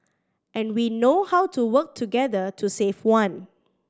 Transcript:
and we know how to work together to save one